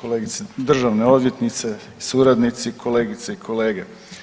kolegice državna odvjetnice, suradnici, kolegice i kolege.